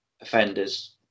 offenders